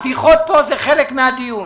הבדיחות פה הן חלק מן הדיון.